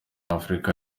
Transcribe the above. w’afurika